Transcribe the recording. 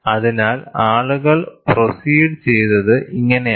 അതിനാൽ ആളുകൾ പ്രോസിഡ് ചെയ്തത് ഇങ്ങനെയാണ്